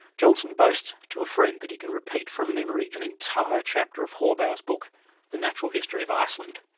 johnson boasts to a friend that he can repeat from memory an entire chapter of horrebow's book the natural history of iceland.